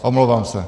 Omlouvám se.